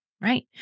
right